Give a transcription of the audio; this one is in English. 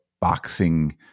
boxing